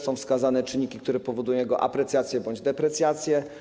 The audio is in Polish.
Są wskazane czynniki, które powodują jego aprecjację bądź deprecjację.